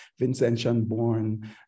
Vincentian-born